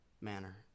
manner